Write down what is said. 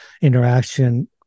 interaction